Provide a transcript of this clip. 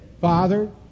Father